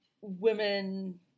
women